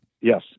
Yes